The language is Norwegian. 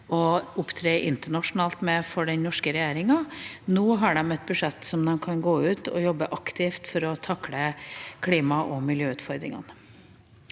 å opptre internasjonalt med for den norske regjeringa. Nå har de et budsjett som gjør at de kan gå ut og jobbe aktivt for å takle klima- og miljøutfordringene.